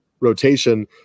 rotation